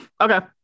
Okay